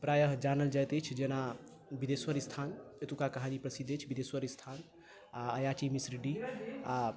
प्रायः जानल जाइत अछि जेना बिदेश्वर स्थान एतुका कहानी प्रसिद्ध अछि बिदेश्वर स्थान आ अयाची मिश्र डीह आ